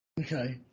Okay